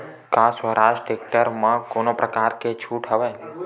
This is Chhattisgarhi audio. का स्वराज टेक्टर म कोनो प्रकार के छूट हवय?